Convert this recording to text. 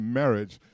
marriage